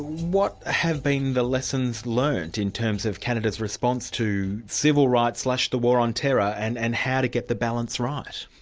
what have been the lessons learned in terms of canada's response to civil rights the war on terror and and how to get the balance right?